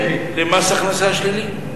ממס הכנסה שלילי.